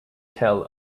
tell